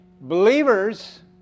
believers